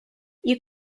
you